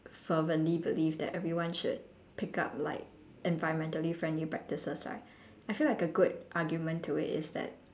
fervently believe that everyone should pick up like environmentally friendly practices like I feel like a good argument to it is that